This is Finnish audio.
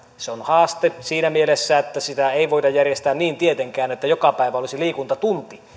se on haaste siinä mielessä että sitä ei voida järjestää niin tietenkään että joka päivä olisi liikuntatunti